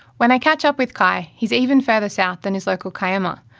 when i catch up with kye, he is even farther south than his local kiama,